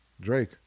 Drake